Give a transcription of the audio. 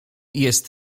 jest